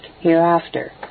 hereafter